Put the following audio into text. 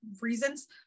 reasons